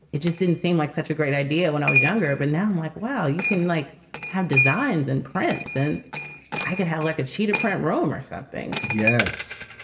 it just didn't seem like such a great idea when i was younger. but now i'm like, wow, you can like have designs and prints. then i could have like a cheetah print room or something. yes.